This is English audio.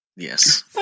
Yes